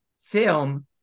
film